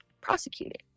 prosecuted